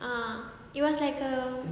ah it was like a